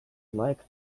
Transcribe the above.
like